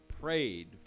prayed